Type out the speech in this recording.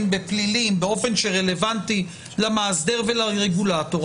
בפלילים באופן שרלוונטי למאסדר ולרגולטור,